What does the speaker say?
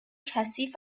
کثیف